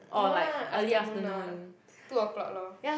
no lah afternoon lah two o'clock lor